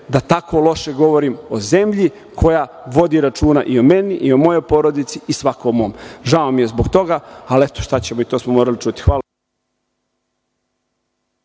da tako loše govorim o zemlji koja vodi računa i o meni i o mojoj porodici i svakom mom. Žao mi je zbog toga, ali, eto, to smo morali čuti. Hvala.